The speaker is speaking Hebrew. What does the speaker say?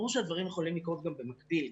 ברור שהדברים יכולים לקרות גם במקביל,